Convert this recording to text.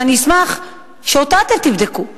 ואני אשמח אם אתם תבדקו אותה.